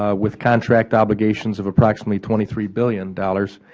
ah with contract obligations of approximately twenty three billion dollars,